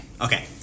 Okay